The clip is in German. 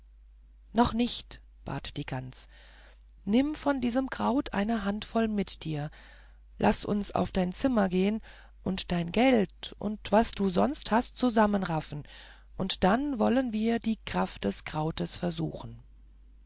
noch nicht bat die gans nimm von diesem kraut eine handvoll mit dir laß uns auf dein zimmer gehen und dein geld und was du sonst hast zusammenraffen und dann wollen wir die kraft des krautes versuchen